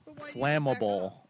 Flammable